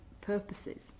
purposes